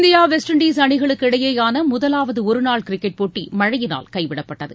India West Indies அணிகளுக்கிடையேயான முதலாவது ஒருநாள் கிரிக்கெட் போட்டி மழையினால் கைவிடப்பட்டது